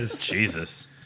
Jesus